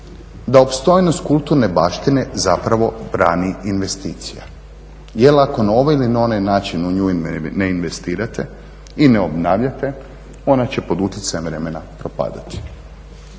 da opstojnost kulturne baštine zapravo brani investicija. Jer ako na ovaj ili onaj način u nju ne investirate i ne obnavljate, ona će pod utjecajem vremena propadati